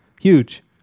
Huge